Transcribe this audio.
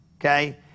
okay